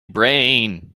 brain